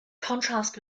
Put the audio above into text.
contrast